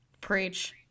Preach